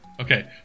Okay